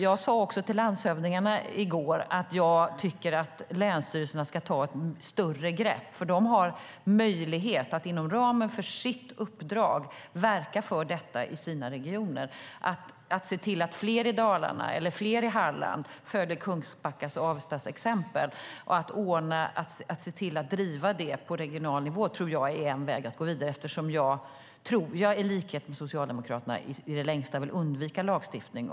Jag sade också till landshövdingarna i går att jag tycker att länsstyrelserna ska ta ett större grepp, för de har möjlighet att inom ramen för sitt uppdrag verka för detta i sina regioner. Det gäller att se till att fler i Dalarna och fler i Halland följer Kungsbackas och Avestas exempel. Att driva detta på regional nivå tror jag är en väg att gå vidare, eftersom jag i likhet med Socialdemokraterna, tror jag, i det längsta vill undvika lagstiftning.